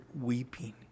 weeping